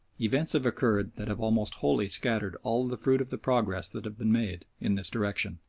events have occurred that have almost wholly scattered all the fruit of the progress that had been made in this direction.